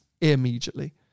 immediately